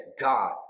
God